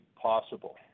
possible